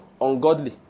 ungodly